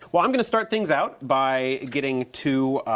well i'm gonna start things out by getting two